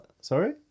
sorry